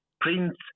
prince